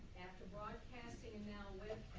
after broadcasting and now